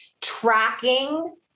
tracking